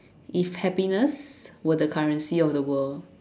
if happiness were the currency of the world